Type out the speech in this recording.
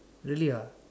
really ah